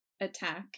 attack